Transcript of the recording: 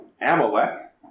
Amalek